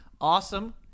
awesome